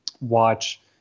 watch